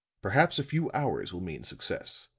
perhaps a few hours will mean success.